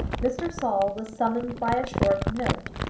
mr. saul was summoned by a short note.